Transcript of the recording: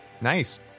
Nice